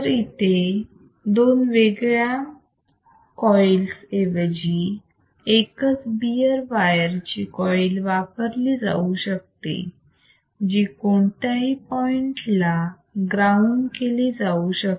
इथे दोन वेगळ्या कोईलस ऐवजी एकच बेअर वायर ची कोईल वापरली जाऊ शकते जी कोणत्याही पॉइंटला ग्राउंड केली जाऊ शकते